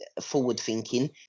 forward-thinking